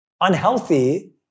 unhealthy